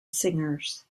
singers